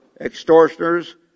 extortioners